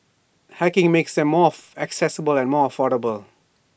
hacking makes them more accessible and more affordable